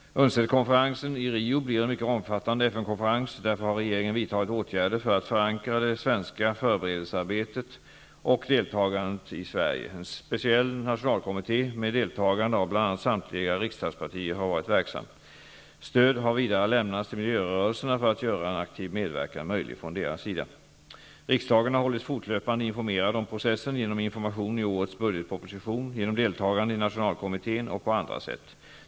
UNCED-konferensen i Rio blir en mycket omfattande FN-konferens. Därför har regeringen vidtagit åtgärder för att förankra det svenska förberedelsearbetet och deltagandet i Sverige. En speciell nationalkommitté, med deltagande av bl.a. samtliga riksdagspartier har varit verksam. Stöd har vidare lämnats till miljörörelserna för att göra en aktiv medverkan möjlig från deras sida. Riksdagen har hållits fortlöpande informerad om processen genom information i årets budgetproposition, genom deltagande i nationalkommittén och på andra sätt.